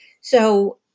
So-